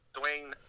Dwayne